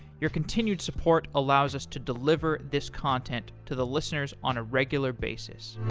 your continued support allows us to deliver this content to the listeners on a regular basis